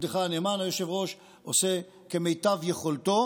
עבדך הנאמן, היושב-ראש, עושה כמיטב יכולתו.